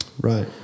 Right